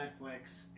Netflix